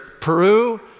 Peru